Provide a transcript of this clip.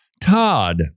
Todd